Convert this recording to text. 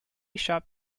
shop